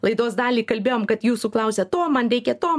laidos dalį kalbėjom kad jūsų klausia to man reikia to